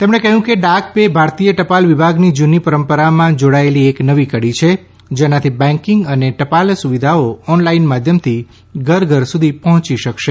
તેમણે કહ્યું કે ડાક પે ભારતીય ટપાલ વિભાગની જૂની પરંપરામાં જોડાયેલી એક નવી કડી છે જેનાથી બેન્કીંગ અને ટપાલ સુવિધાઓ ઓનલાઇન માધ્યમથી ઘર ઘર સુધી પહોંચી શકશે